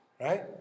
right